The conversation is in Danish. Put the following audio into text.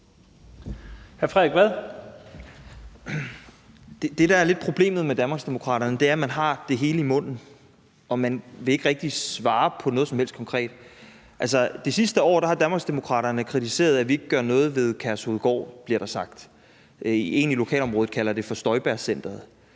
Frederik Vad (S): Det, der lidt er problemet med Danmarksdemokraterne, er, at man har det hele i munden, og at man ikke rigtig vil svare på noget som helst konkret. Altså, det sidste år har Danmarksdemokraterne kritiseret, at vi ikke gør noget ved Kærshovedgård – det er det, der bliver sagt. En i lokalområdet kalder det for Støjbergcenteret.